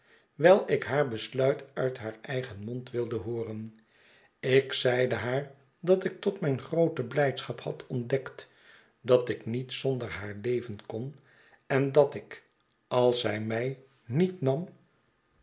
wijl ik haar besluit uit haar eigen mond wilde hooren ik zeide haar dat ik tot mijn groote blljdschap had ik niet zonder haar leven kon en dat ik als zy mij niet nam